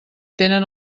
tenen